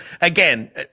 again